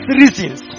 reasons